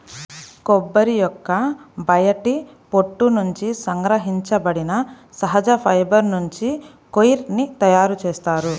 కొబ్బరి యొక్క బయటి పొట్టు నుండి సంగ్రహించబడిన సహజ ఫైబర్ నుంచి కోయిర్ ని తయారు చేస్తారు